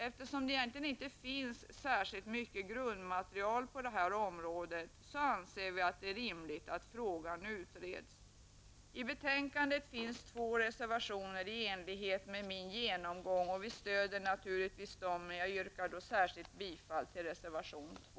Eftersom det inte finns särskilt mycket grundmaterial på detta område, anser vi att det är rimligt att frågan utreds. I betänkandet finns det två reservationer som överensstämmer med vad jag har sagt. Vi stöder naturligtvis dessa reservationer. Jag ber särskilt att få yrka bifall till reservation 2.